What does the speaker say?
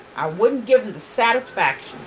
i wouldn't give them the satisfaction.